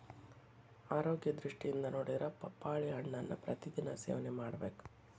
ಆರೋಗ್ಯ ದೃಷ್ಟಿಯಿಂದ ನೊಡಿದ್ರ ಪಪ್ಪಾಳಿ ಹಣ್ಣನ್ನಾ ಪ್ರತಿ ದಿನಾ ಸೇವನೆ ಮಾಡಬೇಕ